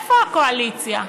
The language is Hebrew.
איפה הקואליציה?